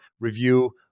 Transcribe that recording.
review